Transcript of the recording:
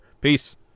Peace